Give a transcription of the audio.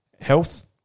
health